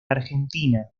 argentina